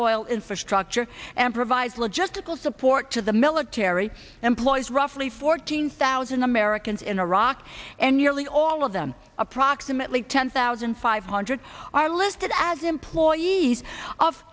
oil infrastructure and provide logistical support to the military employees roughly fourteen thousand americans in iraq and nearly all of them approximately ten thousand five hundred i listed as employees of